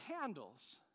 handles